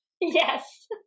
yes